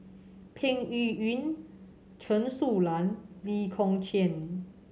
Peng Yuyun Chen Su Lan Lee Kong Chian